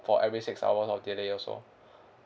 for every six hours of delay also